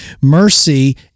Mercy